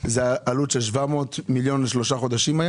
זאת הייתה עלות של 700 מיליון לשלושה חודשים?